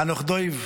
חנוך דב,